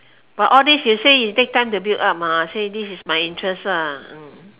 but all this you say it take time to build up ah say this is my interest lah mm